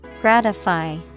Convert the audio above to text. Gratify